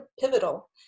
pivotal